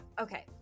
Okay